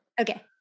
Okay